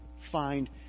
find